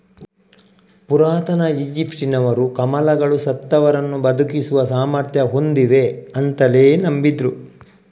ಪುರಾತನ ಈಜಿಪ್ಟಿನವರು ಕಮಲಗಳು ಸತ್ತವರನ್ನ ಬದುಕಿಸುವ ಸಾಮರ್ಥ್ಯ ಹೊಂದಿವೆ ಅಂತಲೇ ನಂಬಿದ್ರು